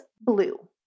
blue